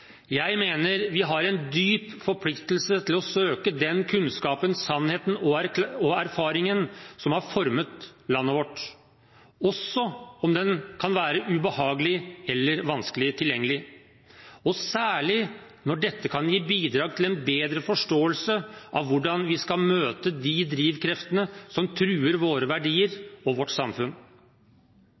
Jeg mener vi har en dyp forpliktelse til å søke den kunnskapen, sannheten og erfaringen som har formet landet vårt, også om den kan være ubehagelig eller vanskelig tilgjengelig, og særlig når dette kan gi bidrag til en bedre forståelse av hvordan vi skal møte de drivkreftene som truer våre verdier og vårt samfunn.